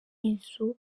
inzu